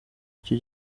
icyo